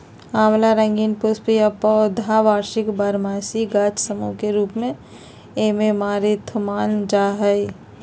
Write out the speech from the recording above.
आँवला रंगीन पुष्प का पौधा वार्षिक बारहमासी गाछ सामूह के रूप मेऐमारैंथमानल जा हइ